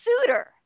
suitor